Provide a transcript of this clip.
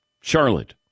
Charlotte